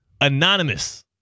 Anonymous